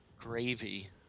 gravy